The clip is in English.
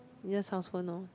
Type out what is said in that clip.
use house phone lor